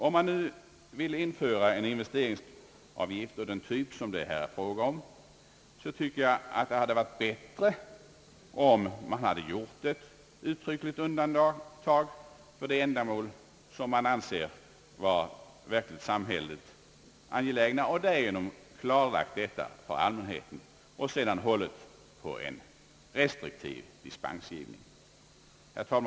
Om man nu vill införa en investeringsavgift av den typ, som det här är fråga om, tycker jag att det hade varit bättre om man hade gjort ett uttryckligt undantag för de ändamål som man anser vara verkligt samhälleligt angelägna. Därigenom hade man klarlagt förhållandena för allmänheten och hade sedan kunnat hålla på en restriktiv dispensgivning. Herr talman!